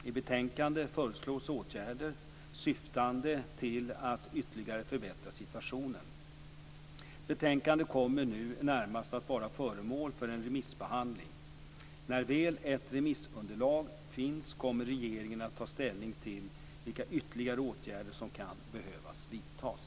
I betänkandet föreslås åtgärder syftande till att ytterligare förbättra situationen. Betänkandet kommer nu närmast att vara föremål för en remissbehandling. När väl ett remissunderlag finns kommer regeringen att ta ställning till vilka ytterligare åtgärder som kan behöva vidtas.